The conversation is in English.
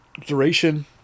duration